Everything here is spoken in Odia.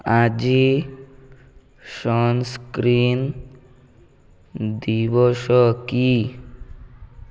ଆଜି ସନ୍ସ୍କ୍ରିନ୍ ଦିବସ କି